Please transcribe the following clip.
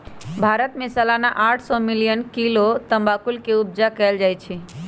भारत में सलाना आठ सौ मिलियन किलो तमाकुल के उपजा कएल जाइ छै